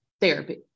therapy